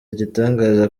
igitangaza